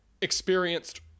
experienced